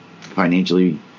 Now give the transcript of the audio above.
financially